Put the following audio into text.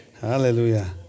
Hallelujah